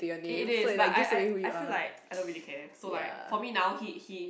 it is but I I I feel like I don't really care so like for me now he he